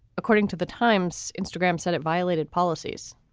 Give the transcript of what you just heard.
according to the times. instagram said it violated policies.